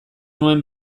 nuen